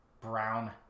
brown